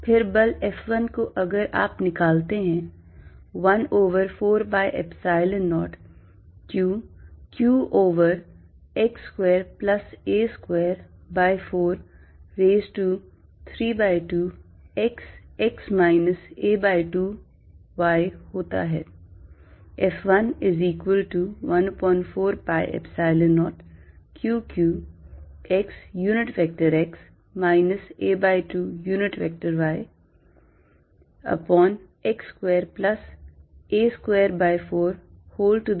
फिर बल F1 को अगर आप निकालते हैं 1 over 4 pi epsilon 0 q q over x square plus a square by 4 raise to 3 by 2 x x minus a by 2 y होता है